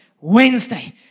Wednesday